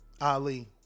Ali